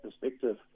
perspective